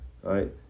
right